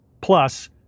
Plus